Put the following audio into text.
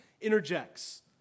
interjects